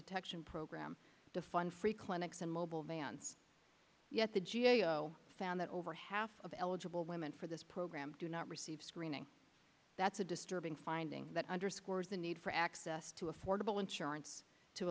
detection program to fund free clinics and mobile vans yet the g a o found that over half of eligible women for this program do not receive screening that's a disturbing finding that underscores the need for access to affordable insurance to